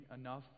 enough